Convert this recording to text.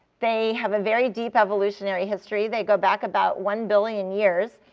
they have a very deep evolutionary history. they go back about one billion years.